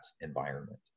environment